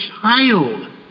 child